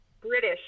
British